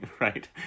right